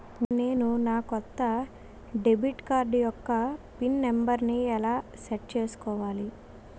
నేను నా కొత్త డెబిట్ కార్డ్ యెక్క పిన్ నెంబర్ని ఎలా సెట్ చేసుకోవాలి?